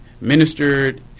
ministered